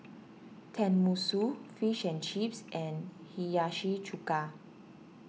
Tenmusu Fish and Chips and Hiyashi Chuka